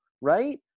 right